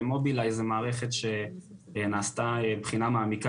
ומובילאיי זו מערכת שנעשתה בחינה מעמיקה